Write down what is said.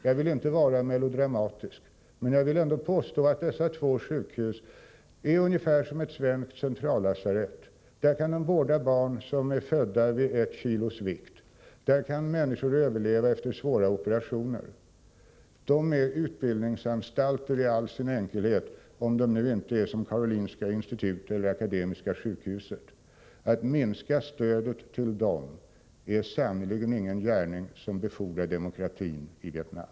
Jag vill inte vara melodramatisk, men jag vill ändå påpeka att dessa två sjukhus är ungefär som svenska centrallasarett. Där kan man vårda barn som är födda vid 1 kilos vikt, där kan människor överleva efter svåra operationer. De är utbildningsanstalter i all sin enkelhet — om de nu inte har samma standard som Karolinska institutet eller Akademiska sjukhuset. Att minska stödet till dem är sannerligen ingen gärning som befordrar demokratin i Vietnam.